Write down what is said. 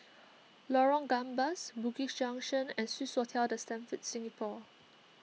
Lorong Gambas Bugis Junction and Swissotel the Stamford Singapore